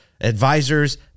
advisors